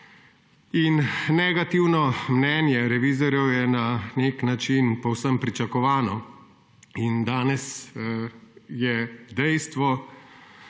Negativno mnenje revizorjev je na nek način povsem pričakovano. Danes je dejstvo,